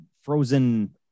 frozen